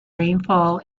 rainfall